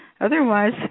otherwise